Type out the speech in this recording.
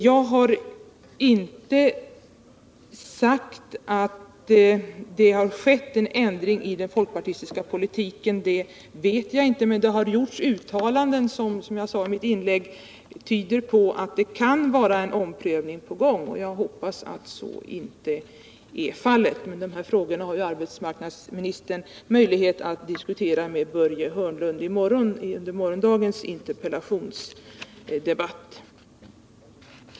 Jag har inte sagt att det har skett en ändring i den folkpartistiska politiken. Det vet jag inte, men det har gjorts uttalanden som, vilket jag sade i ett tidigare inlägg, tyder på att det kan vara en omprövning på gång. Jag hoppas att så inte är fallet. Dessa frågor har arbetsmarknadsministern möjlighet att diskutera vidare med Börje Hörnlund i morgondagens interpellationsdebatt.